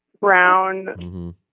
brown